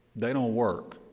they don't work.